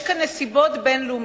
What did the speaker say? יש כאן נסיבות בין-לאומיות.